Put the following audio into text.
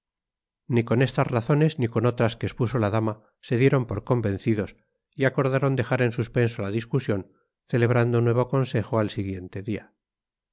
ni con estas razones ni con otras que expuso la dama se dieron por convencidos y acordaron dejar en suspenso la discusión celebrando nuevo consejo al siguiente día